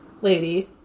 lady